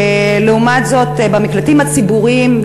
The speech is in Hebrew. לעומת זאת במקלטים הציבוריים,